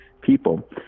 people